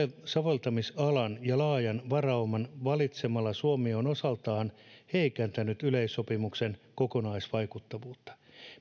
soveltamisalan ja laajan varauman valitsemalla suomi on osaltaan heikentänyt yleissopimuksen kokonaisvaikuttavuutta